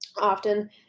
Often